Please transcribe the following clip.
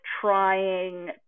trying